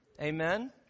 Amen